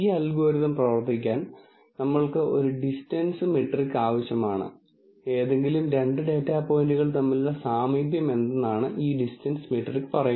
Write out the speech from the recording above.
ഈ അൽഗോരിതം പ്രവർത്തിക്കാൻ നമ്മൾക്ക് ഒരു ഡിസ്റ്റൻസ് മെട്രിക് ആവശ്യമാണ് ഏതെങ്കിലും രണ്ട് ഡാറ്റാ പോയിന്റുകൾ തമ്മിലുള്ള സാമീപ്യമെന്തെന്ന് ഈ ഡിസ്റ്റൻസ് മെട്രിക് പറയും